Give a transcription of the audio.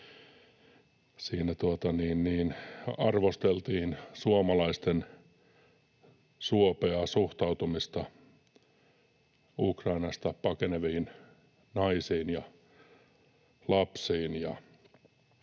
siinä arvosteltiin suomalaisten suopeaa suhtautumista Ukrainasta pakeneviin naisiin ja lapsiin,